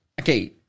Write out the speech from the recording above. Okay